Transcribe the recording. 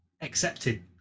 accepted